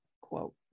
quote